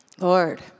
Lord